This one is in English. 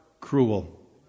cruel